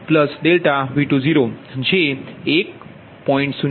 837 degree બરાબર 2